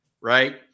right